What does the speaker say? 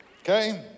Okay